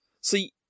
See